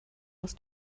aus